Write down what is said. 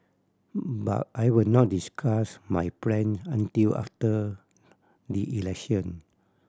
but I will not discuss my plan until after the election